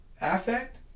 affect